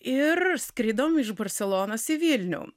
ir skridom iš barselonos į vilnių